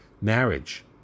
marriage